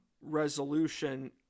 resolution